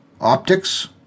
Optics